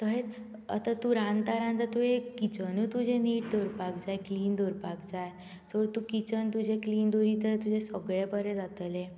तहेत आतां तूं रांदता रांदता तुवें किचनूय तूजे निट दवरपाक जाय क्लिन दवरपाक जाय सो तूं किचन तुजे क्लिन दवरीत जाल्यार तुजे सगले बरें जातले